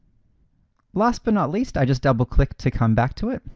last but not least, i just double-click to come back to it.